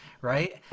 right